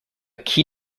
key